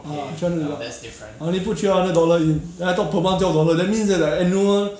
uh three hundred dollar I only put three hundred dollar in then I thought per month twelve dollar then min say like eh no ah